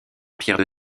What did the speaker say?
pierres